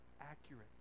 accurate